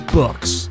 books